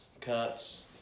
cuts